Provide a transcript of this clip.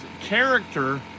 character